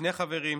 שני חברים,